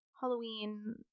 halloween